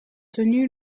tenu